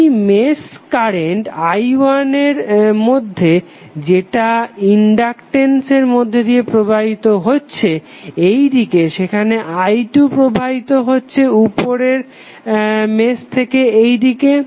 এই mesh current i1 এর মধ্যে যেটা ইনডাকটেন্সের মধ্যে দিয়ে প্রবাহিত হচ্ছে এই দিকে যেখানে i2 প্রবাহিত হচ্ছে উপরের মেশ থেকে এইদিকে